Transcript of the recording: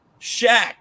Shaq